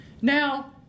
Now